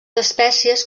espècies